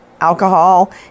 alcohol